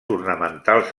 ornamentals